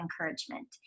encouragement